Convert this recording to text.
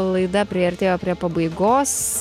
laida priartėjo prie pabaigos